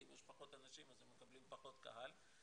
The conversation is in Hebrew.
כי אם יש פחות אנשים אז הם מקבלים פחות קהל.